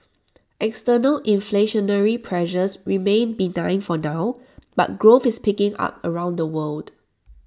external inflationary pressures remain benign for now but growth is picking up around the world